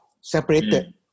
separated